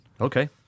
Okay